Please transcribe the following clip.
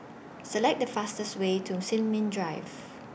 Select The fastest Way to Sin Ming Drive